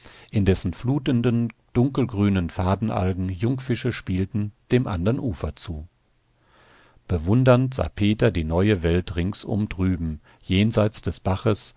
in dessen flutenden dunkelgrünen fadenalgen jungfische spielten dem anderen ufer zu bewundernd sah peter die neue welt ringsum drüben jenseits des baches